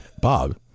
Bob